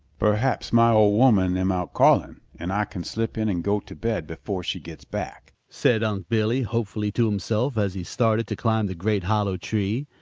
perhaps mah ol' woman am out calling, and ah can slip in and go to bed before she gets back, said unc' billy hopefully to himself, as he started to climb the great hollow tree.